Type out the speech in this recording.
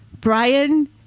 Brian